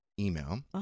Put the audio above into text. email